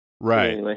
Right